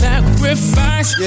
Sacrifice